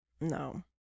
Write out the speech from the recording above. No